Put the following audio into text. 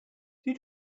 did